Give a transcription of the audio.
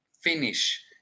finish